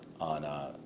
on